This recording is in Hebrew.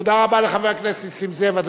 תודה רבה לחבר הכנסת נסים זאב.